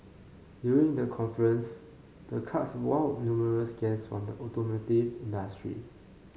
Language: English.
during the conference the karts wowed numerous guests from the automotive industry